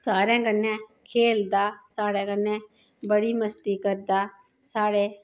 सारे कने खेलदा सारे कने बड़ी मस्ती करदा साढ़े